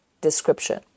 description